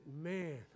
man